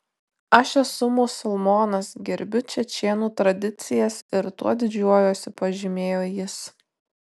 aš esu musulmonas gerbiu čečėnų tradicijas ir tuo didžiuojuosi pažymėjo jis